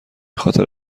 خاطر